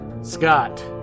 Scott